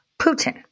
Putin